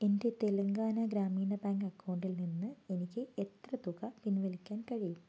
എൻ്റെ തെലങ്കാന ഗ്രാമീണ ബാങ്ക് അക്കൗണ്ടിൽ നിന്ന് എനിക്ക് എത്ര തുക പിൻവലിക്കാൻ കഴിയും